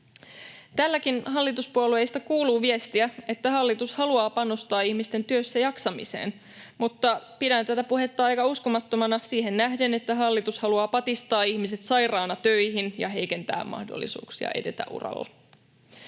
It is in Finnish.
Täälläkin hallituspuolueista kuuluu viestiä, että hallitus haluaa panostaa ihmisten työssäjaksamiseen, mutta pidän tätä puhetta aika uskomattomana siihen nähden, että hallitus haluaa patistaa ihmiset sairaana töihin ja heikentää mahdollisuuksia edetä uralla.